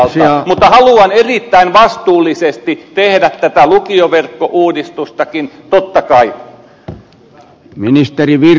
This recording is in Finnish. mutta haluan erittäin vastuullisesti tehdä tätä lukioverkkouudistustakin totta kai